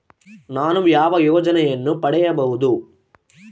ನಾನು ಯಾವ ಯೋಜನೆಯನ್ನು ಪಡೆಯಬಹುದು?